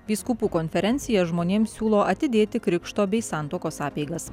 vyskupų konferencija žmonėms siūlo atidėti krikšto bei santuokos apeigas